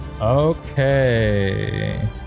Okay